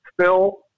Phil